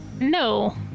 No